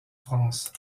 france